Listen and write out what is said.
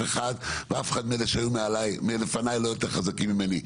אחד ואף אחד מאלה שהיו לפניי לא יותר חזקים ממני,